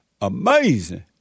Amazing